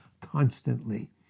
Constantly